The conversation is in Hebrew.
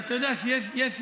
אתה יודע, יש אילוצים.